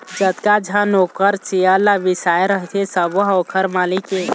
जतका झन ओखर सेयर ल बिसाए रहिथे सबो ह ओखर मालिक ये